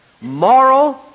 Moral